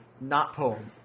Not-poem